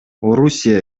орусия